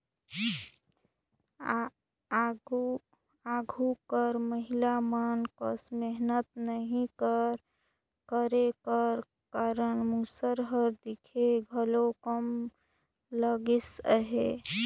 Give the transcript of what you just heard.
आघु कर महिला मन कस मेहनत नी करे कर कारन मूसर हर दिखे घलो कम लगिस अहे